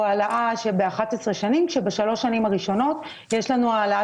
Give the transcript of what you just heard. העלאה ב-11 שנים כאשר בשלוש השנים הראשונות יש לנו העלאה